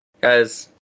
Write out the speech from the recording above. Guys